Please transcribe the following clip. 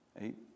Eight